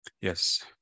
Yes